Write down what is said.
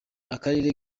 akarere